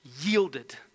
Yielded